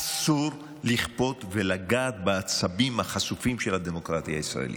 אסור לכפות ולגעת בעצבים החשופים של הדמוקרטיה הישראלית.